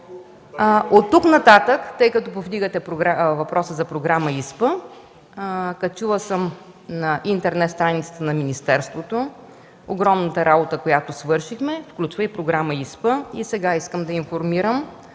Оттук нататък, тъй като повдигате въпроса за Програма ИСПА, качила съм на интернет страницата на министерството информация за огромната работа, която свършихме, а тя включва и Програма ИСПА. Сега искам да информирам